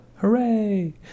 hooray